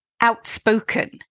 outspoken